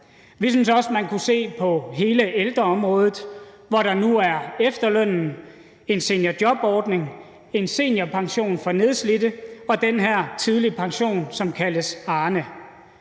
Vi synes også, man kunne se på hele ældreområdet, hvor der nu er efterlønnen, en seniorjobordning, en seniorpension for nedslidte og den her tidlige pension, som kaldes Arne.